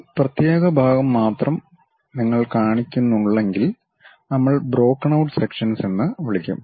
ഒരു പ്രത്യേക ഭാഗം മാത്രമേ നിങ്ങൾ കാണിക്കുന്നുള്ളെങ്കിൽ നമ്മൾ ബ്രോക്കൻ ഔട്ട് സെക്ഷൻസ് എന്ന് വിളിക്കും